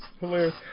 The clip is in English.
hilarious